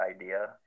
idea